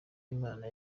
imana